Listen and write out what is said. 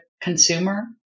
consumer